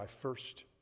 first